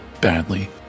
badly